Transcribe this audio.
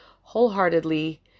wholeheartedly